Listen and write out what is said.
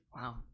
Wow